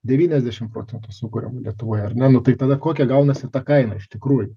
devyniasdešim procentų sukuriama lietuvoj ar ne nu tai tada kokia gaunasi ta kaina iš tikrųjų